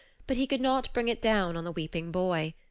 but he could not bring it down on the weeping boy.